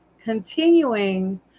continuing